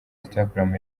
instagram